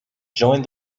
joined